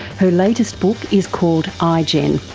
her latest book is called ah igen.